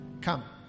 Come